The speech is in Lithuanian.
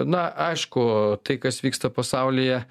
na aišku tai kas vyksta pasaulyje